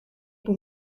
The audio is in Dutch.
moet